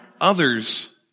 others